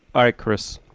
all right, chris,